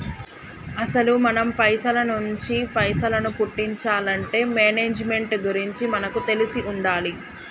అసలు మనం పైసల నుంచి పైసలను పుట్టించాలంటే మేనేజ్మెంట్ గురించి మనకు తెలిసి ఉండాలి